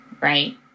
right